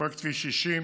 בפרויקט כביש 60,